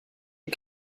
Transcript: est